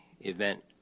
Event